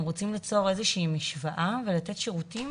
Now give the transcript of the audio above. רוצים ליצור איזשהו משוואה ולתת שירותים